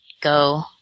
go